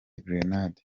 gerenade